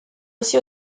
aussi